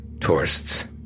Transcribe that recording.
tourists